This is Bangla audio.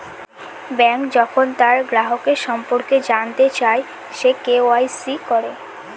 ব্যাঙ্ক যখন তার গ্রাহকের সম্পর্কে জানতে চায়, সে কে.ওয়া.ইসি করে